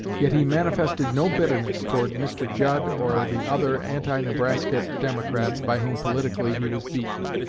yet he manifested no bitterness toward mr. judd or the other anti-nebraska democrats by whom politically he was beaten,